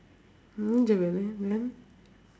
மூஞ்சே பாரு என்ன:muunjsee paaru